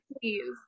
please